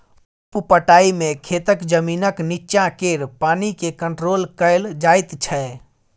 उप पटाइ मे खेतक जमीनक नीच्चाँ केर पानि केँ कंट्रोल कएल जाइत छै